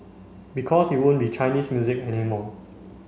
because it won't be Chinese music anymore